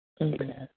Okay